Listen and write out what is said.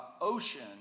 ocean